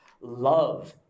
love